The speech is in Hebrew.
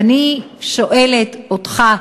ואני שואלת אותך,